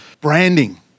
branding